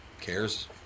cares